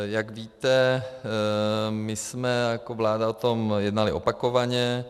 Jak víte, my jsme jako vláda o tom jednali opakovaně.